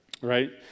Right